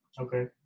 Okay